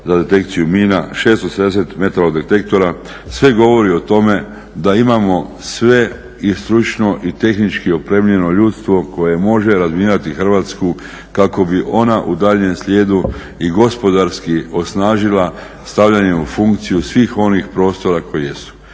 se ne razumije./… detektora. Sve govori o tome da imamo sve i stručno, i tehnički opremljeno ljudstvo koje može razminirati Hrvatsku kako bi ona u daljnjem slijedu i gospodarski osnažila stavljanjem u funkciju svih onih prostora koji jesu.